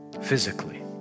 physically